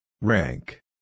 Rank